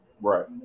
right